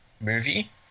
movie